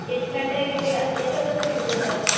ಎಷ್ಟು ಗಂಟೆಗೆ ಸಿಗು ಎಷ್ಟೊತ್ತಿಗ್ ಸಿಗುತ್ತೆ ಸರ್